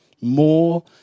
more